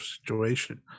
situation